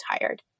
tired